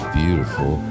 beautiful